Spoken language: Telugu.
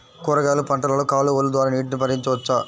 కూరగాయలు పంటలలో కాలువలు ద్వారా నీటిని పరించవచ్చా?